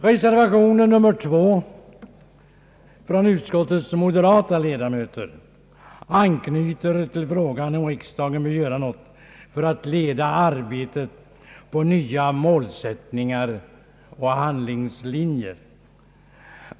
Reservation 2 från utskottets moderata ledamöter anknyter till frågan om huruvida riksdagen bör göra något för att leda arbetet mot nya målsättningar och handlingslinjer.